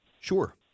Sure